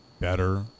better